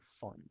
fun